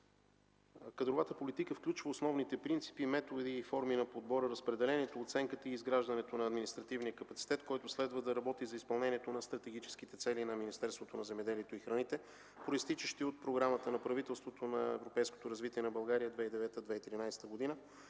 кадровата политика включва основните принципи, методи и форми на подбор, разпределението, оценката и изграждането на административния капацитет, който следва да работи за изпълнението на стратегическите цели на Министерството на земеделието и храните, произтичащи от Програмата на правителството на европейското развитие на България 2009-2013 г.,